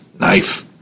Knife